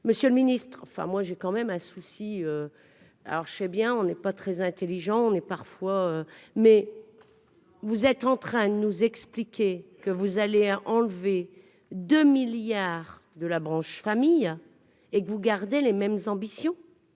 monsieur le ministre, enfin moi j'ai quand même un souci alors je sais bien, on n'est pas très intelligent, on est parfois, mais vous êtes en train de nous expliquer que vous allez enlever. 2 milliards de la branche famille et que vous gardez les mêmes ambitions.